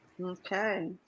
Okay